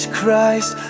Christ